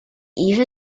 even